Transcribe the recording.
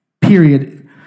Period